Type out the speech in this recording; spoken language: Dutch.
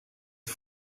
het